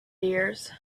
dears